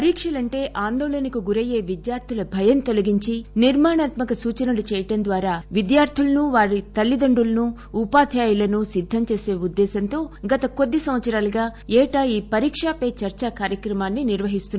పరీక్షలంటే ఆందోళనకు గురయ్యే విద్యార్థుల భయం తొలగించి నిర్మాణాత్మక సూచనలు చేయటం ద్వారా విద్యార్థులను వారి తల్లిదండ్రులను ఉపాధ్యులను సిద్దం చేసే ఉద్దేశంతో గత కొద్ది సంవత్సరాలుగా వీటా ఈ పరీకా ప చర్చా కార్యక్రమాన్ని నిర్వహిస్తున్నారు